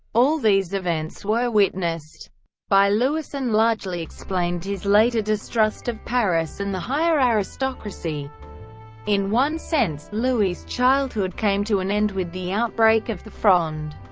all these events were witnessed by louis and largely explained his later distrust of paris and the higher aristocracy in one sense, louis' childhood came to an end with the outbreak of the fronde.